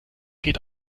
geht